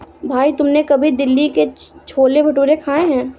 भाई तुमने कभी दिल्ली के छोले भटूरे खाए हैं?